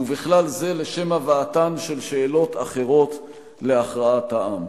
ובכלל זה לשם הבאתן של שאלות אחרות להכרעת העם.